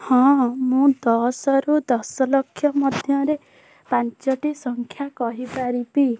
ହଁ ମୁଁ ଦଶରୁ ଦଶ ଲକ୍ଷ ମଧ୍ୟରେ ପାଞ୍ଚଟି ସଂଖ୍ୟା କହିପାରିବି